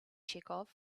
chekhov